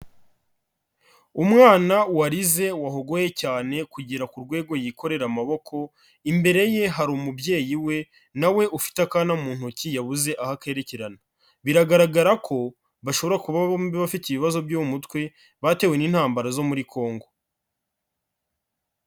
Umwana warize wahogoye cyane kugera ku rwego yikorera amaboko, imbere ye hari umubyeyi we nawe ufite akana mu ntoki yabuze aho akerekana, biragaragara ko bashobora kuba bombi bafite ibibazo byo mu mutwe batewe n'intambara zo muri Congo.